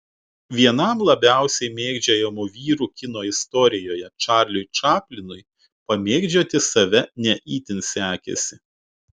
vienam labiausiai mėgdžiojamų vyrų kino istorijoje čarliui čaplinui pamėgdžioti save ne itin sekėsi